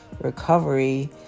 recovery